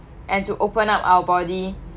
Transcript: and to open up our body